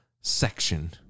section